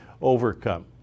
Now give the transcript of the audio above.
overcome